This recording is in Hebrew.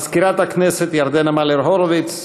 מזכירת הכנסת ירדנה מלר-הורוביץ,